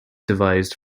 devised